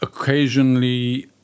occasionally